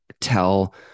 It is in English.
tell